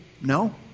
No